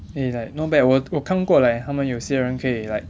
and it's like not bad 我我看过 like 他们有些人可以 like